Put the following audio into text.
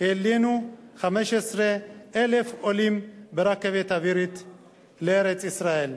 העלינו 15,000 עולים ברכבת אווירית לארץ-ישראל.